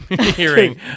hearing